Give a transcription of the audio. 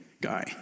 guy